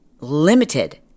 limited